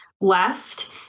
left